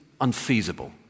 unfeasible